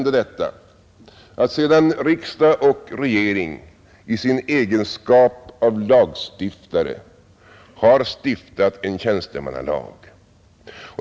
Riksdag och regering har i sin egenskap av lagstiftare stiftat en tjänstemannalag.